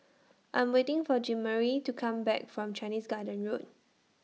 I'm waiting For Jeanmarie to Come Back from Chinese Garden Road